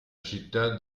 città